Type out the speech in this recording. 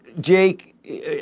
Jake